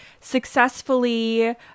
successfully